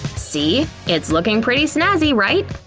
see? it's looking pretty snazzy, right?